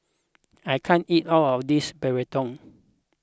I can't eat all of this Burrito